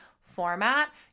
format